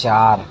चार